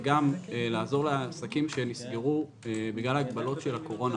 היא גם לעזור לעסקים שנסגרו בגלל הגבלות הקורונה,